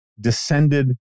descended